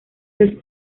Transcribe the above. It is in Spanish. los